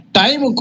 time